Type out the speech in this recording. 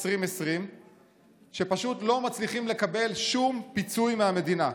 2020 שפשוט לא מצליחים לקבל שום פיצוי מהמדינה.